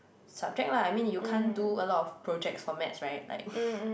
subject lah I mean you can't do a lot of projects for maths right like